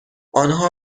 آنها